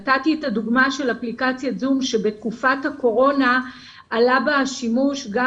נתתי את הדוגמה של אפליקציית זום שבתקופת הקורונה עלה בה השימוש גם